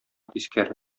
тискәре